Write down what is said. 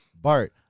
Bart